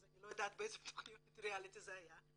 אז אני לא יודעת באיזו תכנית ריאליטי זה היה.